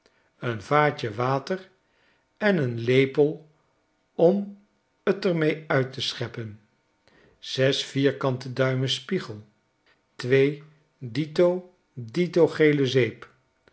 een vaatje water en een lepel om t er mee uit te scheppen zes vierkante duimen spiegel twee dito dito gele zeep